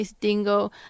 Dingo